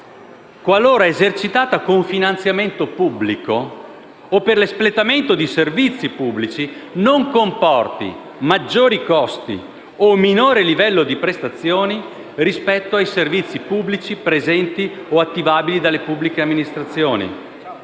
qualora esercitata con finanziamento pubblico o per l'espletamento di servizi pubblici, non comporti maggiori costi o minore livello di prestazioni rispetto ai servizi pubblici presenti o attivabili dalle pubbliche amministrazioni